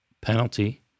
penalty